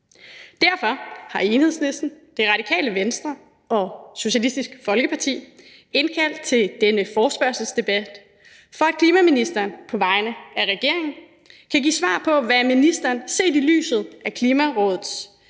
Derfor har Enhedslisten, Radikale Venstre og Socialistisk Folkeparti indkaldt til denne forespørgselsdebat, for at klimaministeren på vegne af regeringen kan give svar på, hvad ministeren, set i lyset af Klimarådets